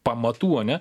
pamatų ane